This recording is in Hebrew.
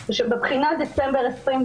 זה שבבחינת דצמבר 2021,